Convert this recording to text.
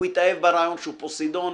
התאהב ברעיון שהוא פוסידון,